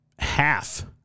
half